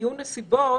יהיו נסיבות,